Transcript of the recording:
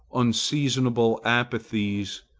unseasonable apathies,